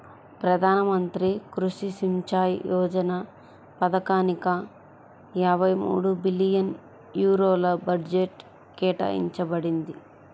ప్రధాన మంత్రి కృషి సించాయ్ యోజన పథకానిక యాభై మూడు బిలియన్ యూరోల బడ్జెట్ కేటాయించబడింది